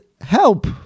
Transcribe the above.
help